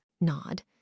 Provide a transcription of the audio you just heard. Nod